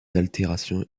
altérations